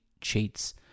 cheats